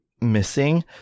missing